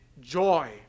joy